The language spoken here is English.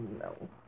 no